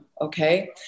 Okay